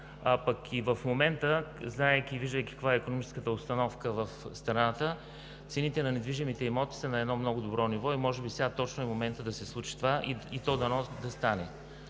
а пък и в момента, знаейки и виждайки каква е икономическата обстановка в страната, цените на недвижимите имоти са на едно много добро ниво и може би точно сега е моментът да се случи това и дано да стане.